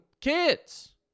kids